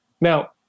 Now